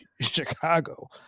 Chicago